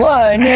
one